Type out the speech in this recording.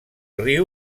riu